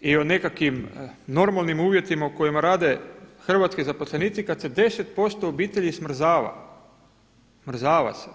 i o nekakvim normalnim uvjetima u kojima rade hrvatski zaposlenici kad se 10% obitelji smrzava, smrzava se.